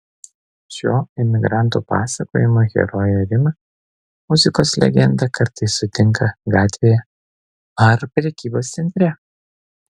šio emigrantų pasakojimo herojė rima muzikos legendą kartais sutinka gatvėje ar prekybos centre